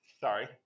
sorry